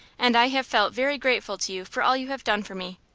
and i have felt very grateful to you for all you have done for me.